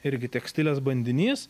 irgi tekstilės bandinys